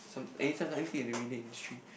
some anytime anything in the media industry